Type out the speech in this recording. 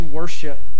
worship